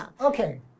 Okay